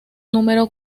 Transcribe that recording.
número